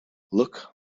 look